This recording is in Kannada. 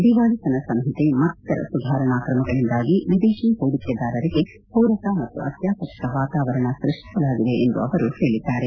ದಿವಾಳಿತನ ಸಂಹಿತೆ ಮತ್ತಿತರ ಸುಧಾರಣಾ ಕ್ರಮಗಳಿಂದಾಗಿ ವಿದೇಶಿ ಹೂಡಿಕೆದಾರರಿಗೆ ಪೂರಕ ಮತ್ತು ಆತ್ನಾಕರ್ಷಕ ವಾತಾವರಣ ಸ್ಪಷ್ಟಸಲಾಗಿದೆ ಎಂದು ಅವರು ಹೇಳದ್ದಾರೆ